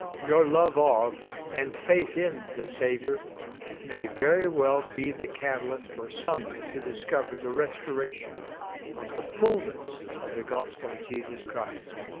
your love of and faith in the savior may very well be the catalyst for someone to discover the restoration of the fulness of the gospel of jesus christ.